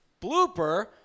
Blooper